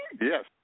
Yes